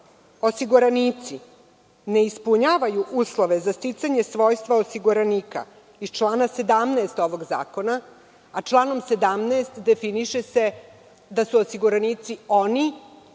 osiguranici ne ispunjavaju uslove za sticanje svojstva osiguranika iz člana 17. ovog zakona, a članom 17. definiše se da su osiguranici oni